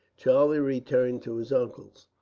charlie returned to his uncle's.